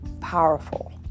powerful